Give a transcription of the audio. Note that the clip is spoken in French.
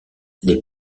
les